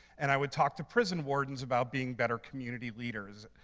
and i would talk to prison wardens about being better community leaders